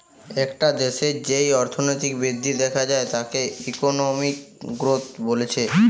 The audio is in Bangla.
একটা দেশের যেই অর্থনৈতিক বৃদ্ধি দেখা যায় তাকে ইকোনমিক গ্রোথ বলছে